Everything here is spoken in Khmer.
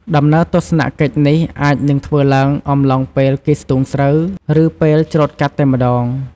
ដំណើរទស្សនកិច្ចនេះអាចនឹងធ្វើឡើងអំឡុងពេលគេស្ទូងស្រូវ ឬ ពេលច្រូតកាត់តែម្ដង។